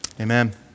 amen